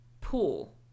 pool